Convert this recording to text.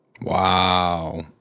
Wow